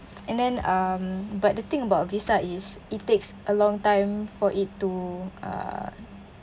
and then um but the thing about Visa is it takes a long time for it to err